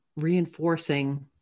reinforcing